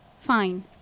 Fine